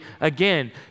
again